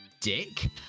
dick